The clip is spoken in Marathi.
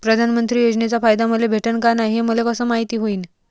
प्रधानमंत्री योजनेचा फायदा मले भेटनं का नाय, हे मले कस मायती होईन?